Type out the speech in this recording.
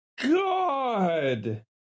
god